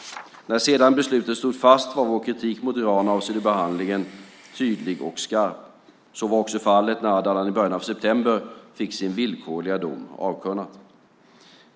När sedan beslutet stod fast var vår kritik mot Iran avseende behandlingen tydlig och skarp. Så var också fallet när Ardalan i början av september fick sin villkorliga dom avkunnad.